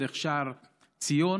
דרך שער ציון,